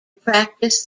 practice